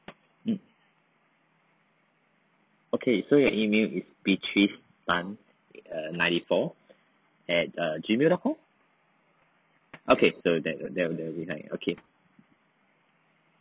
mm okay so your email is beatrice tan err ninety four at err gmail dot com okay so that that will be like okay